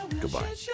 goodbye